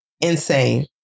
Insane